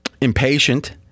impatient